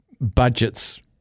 budgets